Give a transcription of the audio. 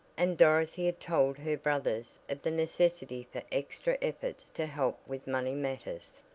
and dorothy had told her brothers of the necessity for extra efforts to help with money matters.